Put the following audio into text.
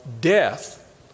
death